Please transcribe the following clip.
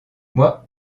moi